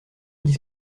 mêmes